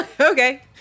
okay